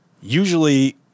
usually